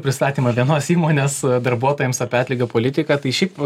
pristatymą vienos įmonės darbuotojams apie atlygio politiką tai šiaip